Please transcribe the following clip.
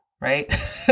right